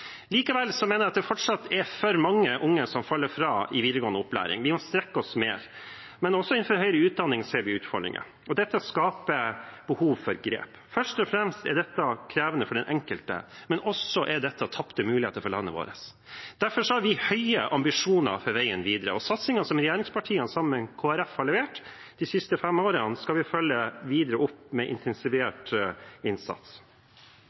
Likevel mener jeg det fortsatt er for mange unge som faller fra i videregående opplæring. Vi må strekke oss mer. Men også innenfor høyere utdanning ser vi utfordringer, og dette skaper behov for grep. Først og fremst er dette krevende for den enkelte, men dette er også tapte muligheter for landet vårt. Derfor har vi høye ambisjoner for veien videre, og satsingen som regjeringspartiene sammen med Kristelig Folkeparti har levert de siste fem årene, skal vi følge videre opp med intensivert innsats.